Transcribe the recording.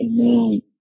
Amen